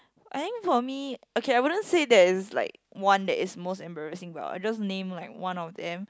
I think for me okay I wouldn't say there is like one that is most embarrassing but I will just name like one of them